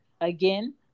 Again